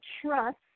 trust